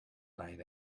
night